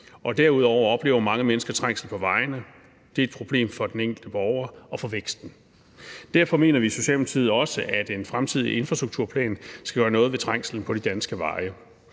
Derudover oplever mange mennesker trængsel på vejene, og det er et problem for den enkelte borger og for væksten. Derfor mener vi i Socialdemokratiet også, at en fremtidig infrastrukturplan skal gøre noget ved trængslen på de danske veje.